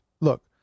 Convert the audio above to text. look